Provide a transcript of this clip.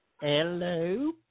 Hello